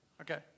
Okay